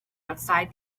outside